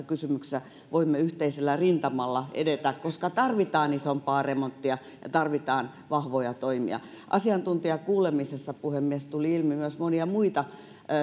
kysymyksissä voimme yhteisellä rintamalla edetä koska tarvitaan isompaa remonttia ja tarvitaan vahvoja toimia asiantuntijakuulemisessa puhemies tuli ilmi myös monia muita